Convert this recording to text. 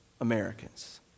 Americans